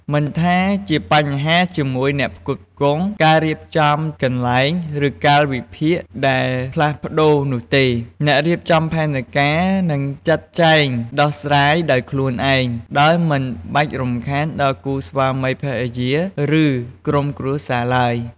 មិនថាជាបញ្ហាជាមួយអ្នកផ្គត់ផ្គង់ ការរៀបចំកន្លែង ឬកាលវិភាគដែលផ្លាស់ប្តូរនោះទេ អ្នករៀបចំផែនការនឹងចាត់ចែងដោះស្រាយដោយខ្លួនឯង ដោយមិនបាច់រំខានដល់គូស្វាមីភរិយា ឬក្រុមគ្រួសារឡើយ។